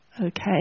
Okay